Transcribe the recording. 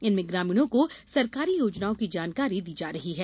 इनमें ग्रामीणों को सरकारी योजनाओं की जानकारी दी जा रही है